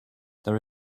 there